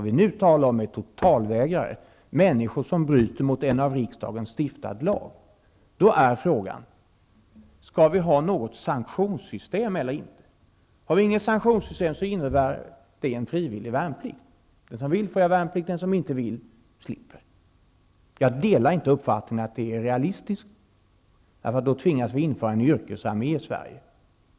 Men nu talar vi om totalvägrare -- människor som bryter mot en av riksdagen stiftad lag. Då är frågan: Skall det finnas ett sanktionssystem eller inte? Om det inte finns något sanktionssystem, innebär det att värnplikten är frivillig. Den som vill får göra sin värnplikt, den som inte vill det slipper. Jag delar inte uppfattningen att det är realistiskt, för då tvingas vi att införa en yrkesarmé i Sverige.